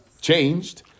changed